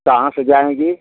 कहाँ से जाएँगी